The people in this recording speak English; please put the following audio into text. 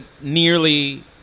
nearly